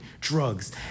drugs